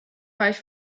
reich